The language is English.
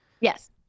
Yes